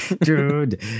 Dude